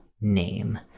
name